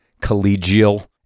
collegial